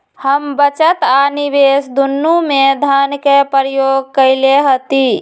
हम बचत आ निवेश दुन्नों में धन के प्रयोग कयले हती